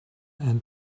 and